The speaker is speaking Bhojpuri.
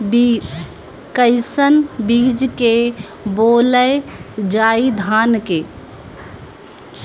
कईसन बीज बोअल जाई धान के?